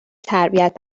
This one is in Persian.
تربیت